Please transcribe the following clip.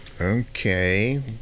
Okay